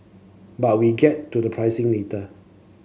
but we get to the pricing later